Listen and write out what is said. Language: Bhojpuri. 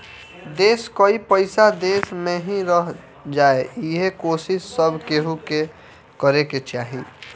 देस कअ पईसा देस में ही रह जाए इहे कोशिश सब केहू के करे के चाही